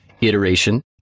iteration